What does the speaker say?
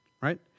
Right